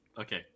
Okay